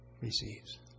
receives